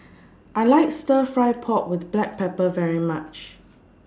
I like Stir Fry Pork with Black Pepper very much